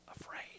afraid